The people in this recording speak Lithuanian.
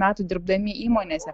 metų dirbdami įmonėse